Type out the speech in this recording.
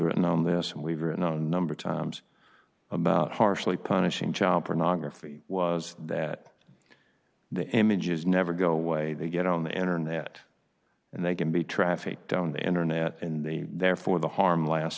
written on this and weaver and no number times about harshly punishing child pornography was that the images never go away they get on the internet and they can be trafficked on the internet and they therefore the harm last